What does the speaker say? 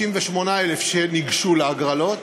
58,000 שניגשו להגרלות,